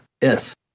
Yes